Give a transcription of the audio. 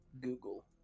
Google